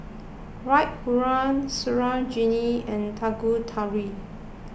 Raghuram Sarojini and Tanguturi